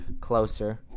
closer